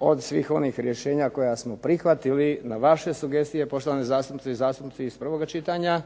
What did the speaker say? Od svih onih rješenja koja smo prihvatili, na vaše sugestije poštovane zastupnice i zastupnici iz prvoga čitanja,